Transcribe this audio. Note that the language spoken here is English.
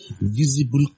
visible